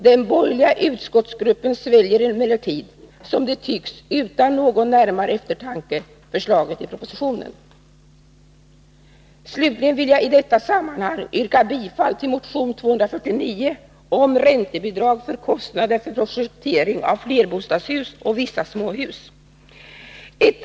Den borgerliga utskottsgruppen sväljer emellertid — utan någon närmare eftertanke, som det tycks — förslaget i propositionen. Slutligen vill jag i detta sammanhang yrka bifall till motion 249 om räntebidrag för kostnader för projektering av flerbostadshus och vissa småhus, vilket innebär bifall till reservation 8.